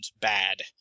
bad